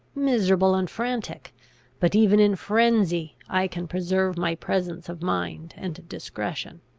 miserable, and frantic but even in frenzy i can preserve my presence of mind and discretion.